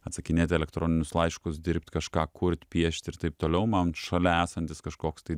atsakinėt elektroninius laiškus dirbt kažką kurt piešt ir taip toliau man šalia esantis kažkoks tai